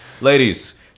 Ladies